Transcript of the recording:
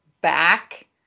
back